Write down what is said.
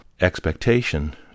expectation